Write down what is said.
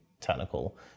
technical